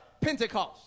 Pentecost